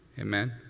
Amen